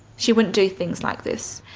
she wouldn't do things like this.